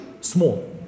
small